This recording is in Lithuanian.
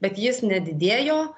bet jis nedidėjo